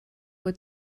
wird